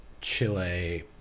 Chile